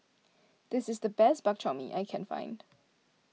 this is the best Bak Chor Mee I can find